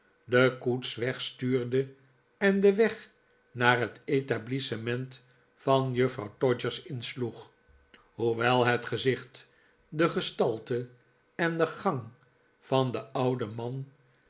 de koets wegstuurde en den weg naar het etablissement van juffrouw todgers insloeg hoewel het gezicht de gestalte en de gang van den ouden man